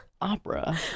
Opera